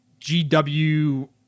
GW